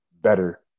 better